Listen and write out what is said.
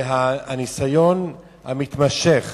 וניסיון מתמשך